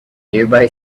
nearby